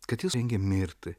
kad jis rengė mirti